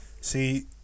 See